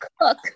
cook